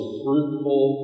fruitful